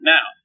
Now